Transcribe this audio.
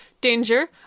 danger